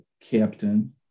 captain